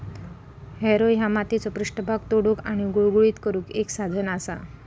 Harrow ह्या मातीचो पृष्ठभाग तोडुक आणि गुळगुळीत करुक एक साधन असा